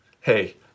Hey